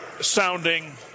sounding